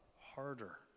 harder